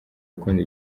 gukunda